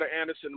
Anderson